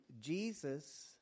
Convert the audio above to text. Jesus